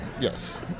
Yes